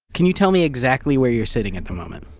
can you tell me exactly where you're sitting at the moment